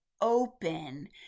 open